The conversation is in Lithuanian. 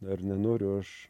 ar nenoriu aš